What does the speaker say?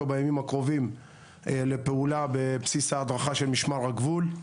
בימים הקרובים לפעולה בבסיס ההדרכה של משמר הגבול.